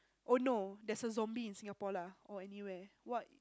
oh no there's a zombie in Singapore lah or anywhere what